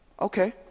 Okay